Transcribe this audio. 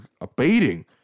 abating